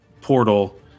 portal